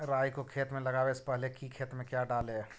राई को खेत मे लगाबे से पहले कि खेत मे क्या डाले?